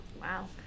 Wow